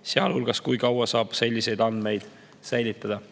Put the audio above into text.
sealhulgas selle kohta, kui kaua saab selliseid andmeid säilitada.